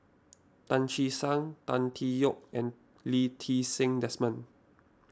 Tan Che Sang Tan Tee Yoke and Lee Ti Seng Desmond